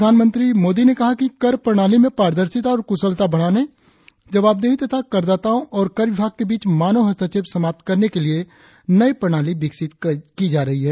प्रधानमंत्री मोदी ने कहा कि कर प्रणाली में पारदर्शिता और कुशलता बढ़ाने जवाबदेही तथा करदाताओं और करविभाग के बीच मानव हस्तक्षेप समाप्त करने के लिए नई प्रणाली विकसित की जा रही है